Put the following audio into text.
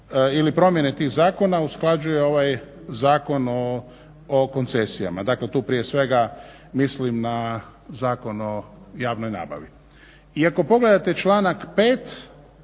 ili promjene tih zakona usklađuje ovaj Zakon o koncesijama, dakle tu prije svega mislim na Zakon o javnoj nabavi. I ako pogledate članak 5.